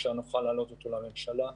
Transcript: שלושה נוכל להעלות אותו לממשלה,